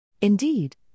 Indeed